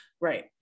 Right